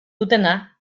dutena